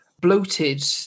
bloated